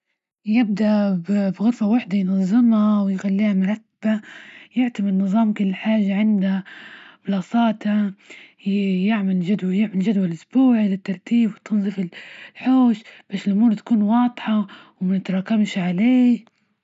يبدأ بغرفة وحدة ينزمها ويخليها يعتمد نظام كل حاجة عندها بلاصاتها يعمل جدول يعمل جدول إسبوعي للترتيب وتنظيف الحوش باش الأمور تكون واضحة وما نتراكمش عليه.